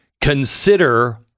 consider